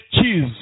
cheese